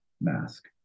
mask